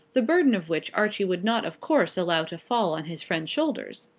the burden of which archie would not of course allow to fall on his friend's shoulders.